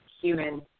human